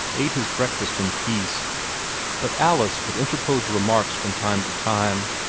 ate his breakfast in peace but alice would interpose remarks from time to time.